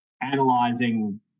analyzing